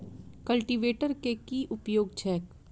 Cultivator केँ की उपयोग छैक?